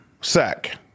Sack